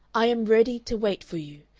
i am ready to wait for you,